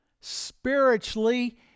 spiritually